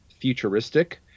futuristic